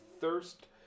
thirst